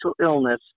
illness